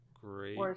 great